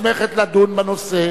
בעד,